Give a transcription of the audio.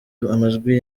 amajwi